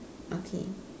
okay